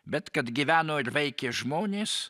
bet kad gyveno ir veikė žmonės